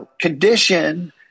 condition